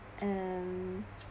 um